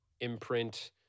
imprint